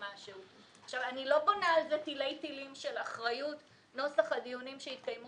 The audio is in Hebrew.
אני לא בונה על זה תילי תילים של אחריות נוסח הדיונים שהתקיימו